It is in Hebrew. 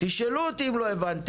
תשאלו אותי אם לא הבנתם,